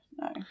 no